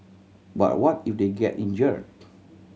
but what if they get injured